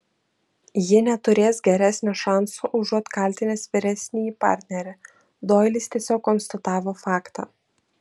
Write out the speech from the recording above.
ji neturės geresnio šanso užuot kaltinęs vyresnįjį partnerį doilis tiesiog konstatavo faktą